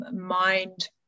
mind